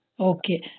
Okay